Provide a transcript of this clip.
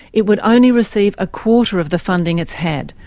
it would only receive a quarter of the funding it's had,